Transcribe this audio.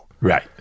right